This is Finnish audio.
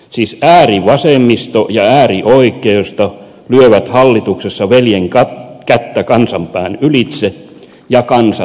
siis äärivasemmisto ja äärioikeisto lyövät hallituksessa veljenkättä kansan pään ylitse ja kansa tulee kärsimään